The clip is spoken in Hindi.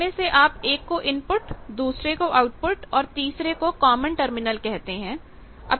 इसमें से आप एक को इनपुट दूसरे को आउटपुट और तीसरे को कॉमन टर्मिनल कहते हैं